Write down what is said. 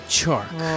Chark